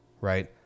right